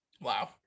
wow